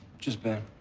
just ben.